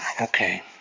okay